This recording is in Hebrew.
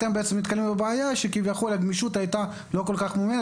אתה נתקל בבעיה שבה לא הייתה גמישות,